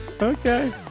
Okay